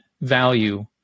value